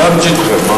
לא צריך להצביע.